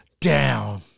down